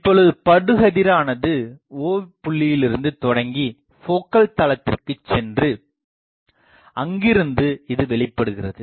இப்பொழுது படுகதிரானது O புள்ளியிலிருந்து தொடங்கிப் போக்கல் தளத்திற்குசென்று அங்கிருந்து இது வெளிப்படுகிறது